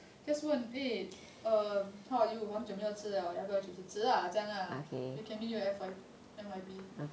just 问 eh um how are you 很久没有吃了要不要一起去吃这样 lah we can meet you at F_Y N_Y_P